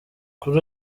kuri